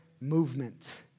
movement